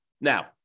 Now